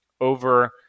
over